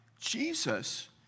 Jesus